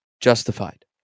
justified